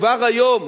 כבר היום